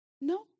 No